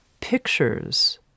pictures